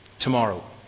Tomorrow